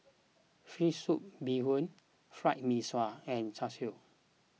Fish Soup Bee Hoon Fried Mee Sua and Char Siu